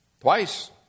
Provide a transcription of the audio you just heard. Twice